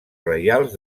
reials